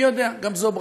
מי יודע, גם זו ברכה.